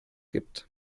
gibt